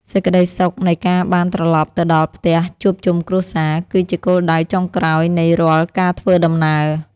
សេចក្ដីសុខនៃការបានត្រឡប់ទៅដល់ផ្ទះជួបជុំគ្រួសារ គឺជាគោលដៅចុងក្រោយនៃរាល់ការធ្វើដំណើរ។